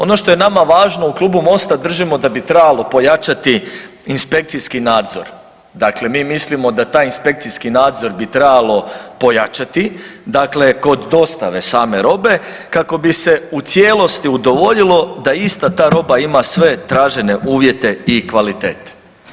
Ono što je nama važno u klubu MOST-a, držimo da bi trebalo pojačati inspekcijski nadzor, dakle mi mislimo da taj inspekciji nadzor bi trebalo pojačati, dakle kod dostave same robe kako bi se u cijelosti udovoljilo da ista ta roba ima sve tražene uvjete i kvalitete.